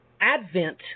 advent